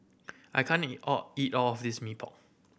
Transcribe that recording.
I can't eat all eat all of this Mee Pok